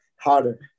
harder